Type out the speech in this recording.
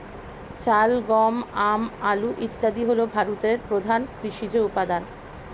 চাল, গম, আম, আলু ইত্যাদি হল ভারতের প্রধান কৃষিজ উপাদান